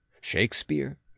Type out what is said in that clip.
shakespeare